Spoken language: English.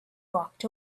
walked